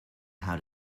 how